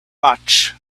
much